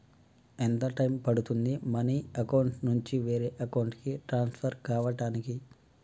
ఎంత టైం పడుతుంది money account నుంచి వేరే అకౌంట్ కి ట్రాన్స్ఫర్ కావటానికి?